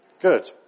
Good